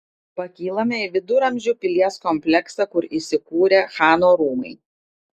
pakylame į viduramžių pilies kompleksą kur įsikūrę chano rūmai